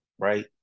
right